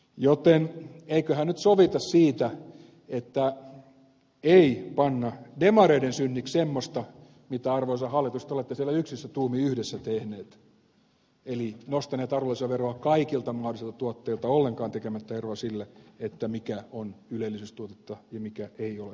joten eiköhän nyt sovita siitä että ei panna demareiden synniksi semmoista mitä arvoisa hallitus te olette siellä yksissä tuumin yhdessä tehneet eli nostaneet arvonlisäveroa kaikilta mahdollisilta tuotteilta ollenkaan tekemättä eroa sille mikä on ylellisyystuotetta ja mikä ei ole ylellisyystuotetta